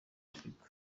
africa